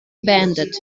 beendet